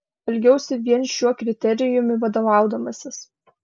elgiausi vien šiuo kriterijumi vadovaudamasis